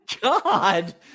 God